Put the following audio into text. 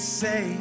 say